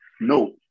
No